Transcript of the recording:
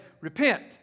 repent